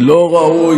לא ראוי.